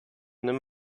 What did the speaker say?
nimm